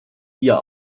wir